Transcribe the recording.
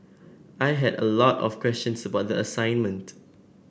I had a lot of questions about the assignment